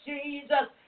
Jesus